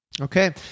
Okay